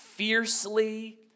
fiercely